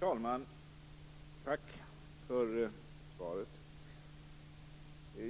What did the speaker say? Herr talman! Tack för svaret.